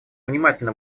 внимательно